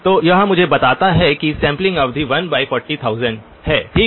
तो यह मुझे बताता है कि सैंपलिंग अवधि 140000 हैठीक